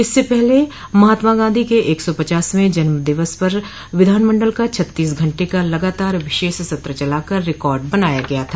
इससे पहले महात्मा गांधी के एक सौ पचासवें जन्म दिवस पर विधानमंडल का छत्तीस घंटे का लगातार विशेष सत्र चलाकर रिकार्ड बनाया गया था